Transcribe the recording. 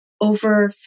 over